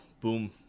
Boom